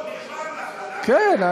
כן,